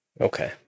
Okay